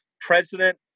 President